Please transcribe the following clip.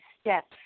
steps